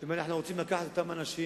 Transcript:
אם אנחנו רוצים לקחת את אותם אנשים